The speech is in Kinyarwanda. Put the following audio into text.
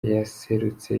yaserutse